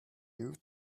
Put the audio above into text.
you